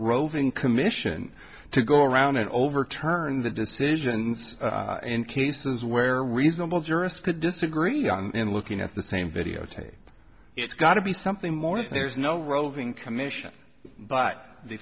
roving commission to go around and overturn the decisions in cases where reasonable jurists could disagree on and looking at the same videotape it's got to be something more there's no roving commission but the